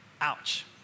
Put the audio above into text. Ouch